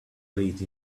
late